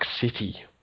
City